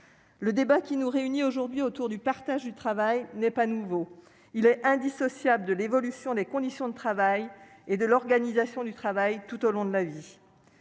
Le débat qui nous réunit aujourd'hui autour du partage du travail n'est pas nouveau, il est indissociable de l'évolution des conditions de travail et de l'organisation du travail tout au long de la vie.